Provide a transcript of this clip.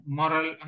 moral